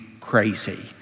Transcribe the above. crazy